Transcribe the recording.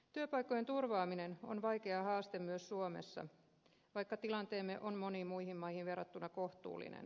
työpaikkojen turvaaminen on vaikea haaste myös suomessa vaikka tilanteemme on moniin muihin maihin verrattuna kohtuullinen